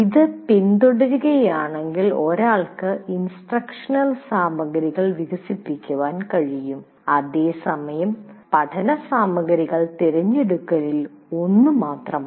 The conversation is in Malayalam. ഇത് പിന്തുടരുകയാണെങ്കിൽ ഒരാൾക്ക് ഇൻസ്ട്രക്ഷണൽ സാമഗ്രികൾ വികസിപ്പിക്കാൻ കഴിയും അതേസമയം പഠനസാമഗ്രികൾ തിരഞ്ഞെടുക്കലിൽ ഒന്ന് മാത്രമാണ്